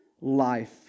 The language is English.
life